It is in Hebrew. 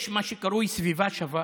יש מה שקרוי "סביבה שווה",